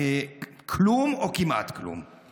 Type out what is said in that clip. כלום או כמעט כלום.